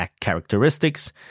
characteristics